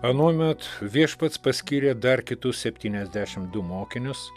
anuomet viešpats paskyrė dar kitus septyniasdešim du mokinius